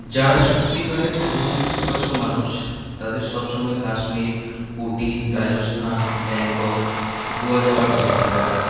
যারা সত্যিকারের ভ্রমণপিপাসু মানুষ তাদের সবসময় কাশ্মীর উটি রাজস্থান ব্যাংকক গোয়া যাওয়ার দরকার পড়ে না